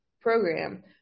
program